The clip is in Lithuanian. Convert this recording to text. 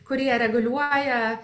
kurie reguliuoja